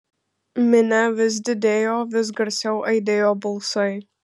minia vis didėjo vis garsiau aidėjo balsai